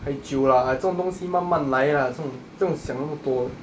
还久 lah 这种东西慢慢来 lah 这种不用想那么多